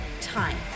time